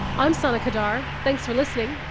i'm sana qadar, thanks for listening,